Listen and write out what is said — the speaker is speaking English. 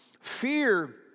Fear